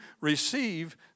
receive